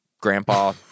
Grandpa